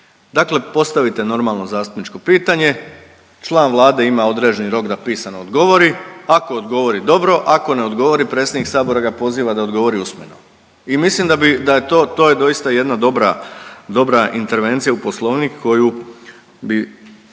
Dakle, postavite normalno zastupničko pitanje, član Vlade ima određeni rok da pisano odgovori. Ako odgovori dobro, ako ne odgovori predsjednik Sabora ga poziva da odgovori usmeno. I mislim da bi, to je doista jedna dobra intervencija u Poslovnik koju bih